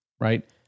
right